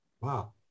Wow